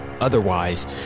otherwise